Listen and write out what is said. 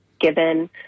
given